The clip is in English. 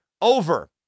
over